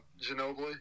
Ginobili